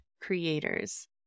creators